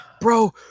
Bro